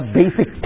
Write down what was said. basic